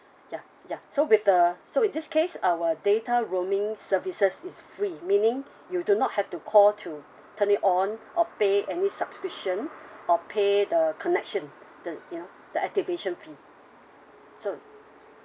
ya ya so with the so in this case our data roaming services is free meaning you do not have to call to turn it on or pay any subscription or pay the connection the you know the activation fee so